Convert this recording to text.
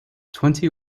twenty